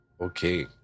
Okay